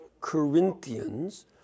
Corinthians